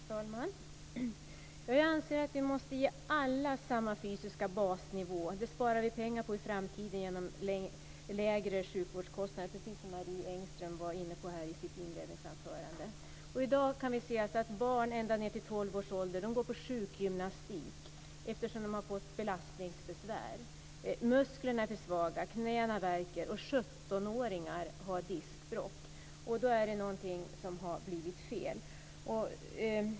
Fru talman! Jag anser att vi måste ge alla samma fysiska basnivå. Det sparar vi pengar på i framtiden genom lägre sjukvårdskostnader, precis som Marie Engström var inne på i sitt inledningsanförande. I dag kan vi se att barn ända ned till 12 års ålder går på sjukgymnastik, eftersom de har fått belastningsbesvär. Musklerna är för svaga, knäna värker. Och 17 åringar har diskbråck. Då är det någonting som har blivit fel.